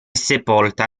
sepolta